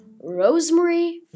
Rosemary